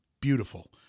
beautiful